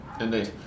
indeed